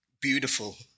beautiful